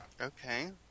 Okay